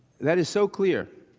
that is so clear